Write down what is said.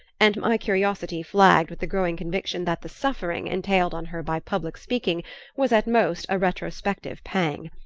and my curiosity flagged with the growing conviction that the suffering entailed on her by public speaking was at most a retrospective pang.